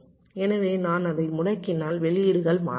எனவே நான் அதை முடக்கினால் வெளியீடுகள் மாறாது